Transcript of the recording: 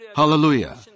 Hallelujah